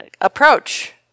approach